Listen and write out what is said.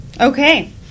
Okay